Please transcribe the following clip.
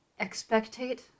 expectate